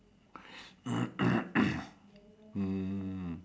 mm